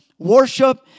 Worship